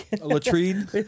latrine